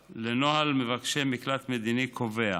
5ד(1) לנוהל מבקשי מקלט מדיני קובע